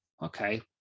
Okay